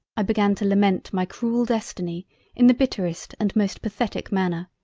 i began to lament my cruel destiny in the bitterest and most pathetic manner.